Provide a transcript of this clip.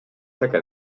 chaque